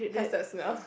has that smell